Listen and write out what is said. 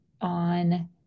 on